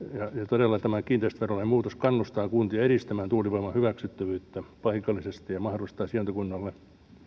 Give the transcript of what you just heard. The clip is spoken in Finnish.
todella tämä kiinteistöverojen muutos kannustaa kuntia edistämään tuulivoiman hyväksyttävyyttä paikallisesti ja mahdollistaa sijaintikunnalle